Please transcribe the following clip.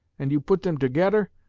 and you put dem togedder,